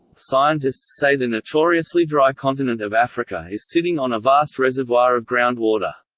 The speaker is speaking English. scientists say the notoriously dry continent of africa is sitting on a vast reservoir of groundwater.